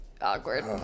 awkward